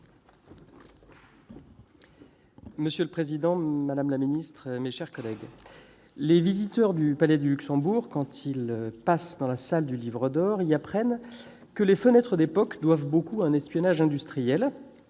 Monsieur le président, madame la ministre, mes chers collègues, quand les visiteurs du Palais du Luxembourg passent dans la salle du Livre d'or, ils y apprennent que les fenêtres, d'époque, doivent beaucoup à un espionnage industriel